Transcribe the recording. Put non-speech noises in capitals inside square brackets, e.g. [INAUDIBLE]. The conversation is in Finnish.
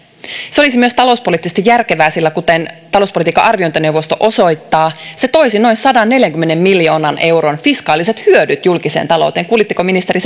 se olisi myös talouspoliittisesti järkevää sillä kuten talouspolitiikan arviointineuvosto osoittaa se toisi noin sadanneljänkymmenen miljoonan euron fiskaaliset hyödyt julkiseen talouteen kuulitteko ministeri [UNINTELLIGIBLE]